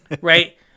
right